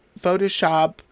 Photoshop